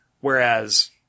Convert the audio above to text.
Whereas